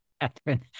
Catherine